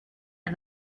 and